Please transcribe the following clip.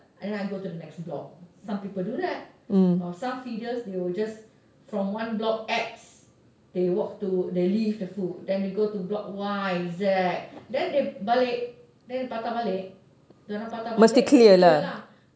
and then I go to the next block some people do that or some feeders they will just from one block X they walk to they leave the food then they go to block Y Z then they balik then patah balik dia orang patah balik then clear lah